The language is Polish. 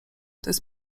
jest